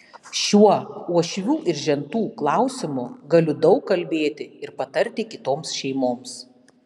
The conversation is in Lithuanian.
šiuo uošvių ir žentų klausimu galiu daug kalbėti ir patarti kitoms šeimoms